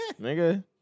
Nigga